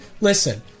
listen